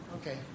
Okay